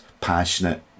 passionate